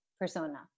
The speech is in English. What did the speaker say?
persona